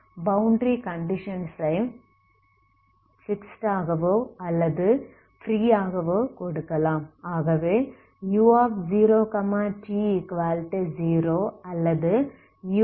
ஆகவே boundary conditions ஐ fixed ஆகவோ அல்லது ஃப்ரீ ஆகவோ கொடுக்கலாம்